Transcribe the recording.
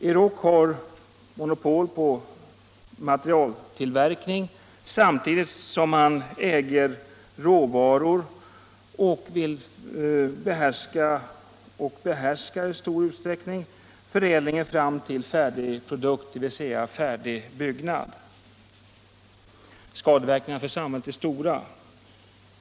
Euroc har monopol på materialtillverkning samtidigt som man äger råvaror och i stor utsträckning behärskar förädlingen fram till färdig produkt, dvs. färdig byggnad. Skadeverkningarna för samhället är stora.